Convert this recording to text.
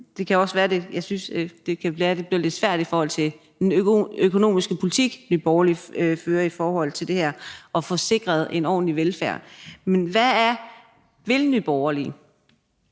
Det kan være, at det bliver lidt svært med den økonomiske politik, Nye Borgerlige fører i forhold til det her, at få sikret en ordentlig velfærd. Men hvad vil Nye Borgerlige?